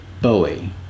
Bowie